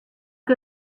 que